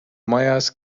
majas